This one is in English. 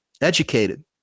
Educated